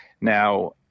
Now